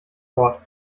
dort